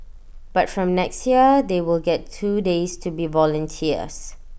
but from next year they will get two days to be volunteers